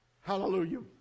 hallelujah